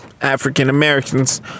African-Americans